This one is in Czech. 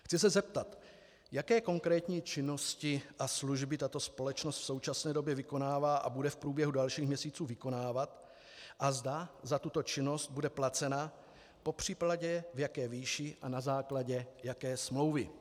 Chci se zeptat, jaké konkrétní činnosti a služby tato společnost v současné době vykonává a bude v průběhu dalších měsíců vykonávat a zda za tuto činnost bude placena, popřípadě v jaké výši a na základě jaké smlouvy.